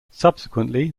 subsequently